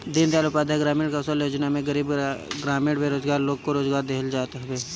दीनदयाल उपाध्याय ग्रामीण कौशल्य योजना में गरीब ग्रामीण बेरोजगार लोग को रोजगार देहल जात हवे